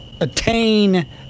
attain